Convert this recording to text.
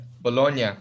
Bologna